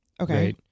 okay